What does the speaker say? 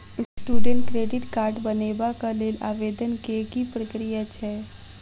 Student credit card बनेबाक लेल आवेदन केँ की प्रक्रिया छै?